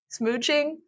smooching